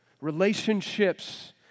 relationships